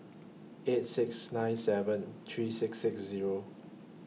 eight six nine seven three six six Zero